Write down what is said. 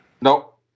Nope